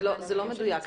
זה לא מדויק.